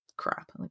crap